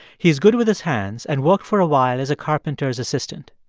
he is good with his hands and worked for a while as a carpenter's assistant.